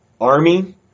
Army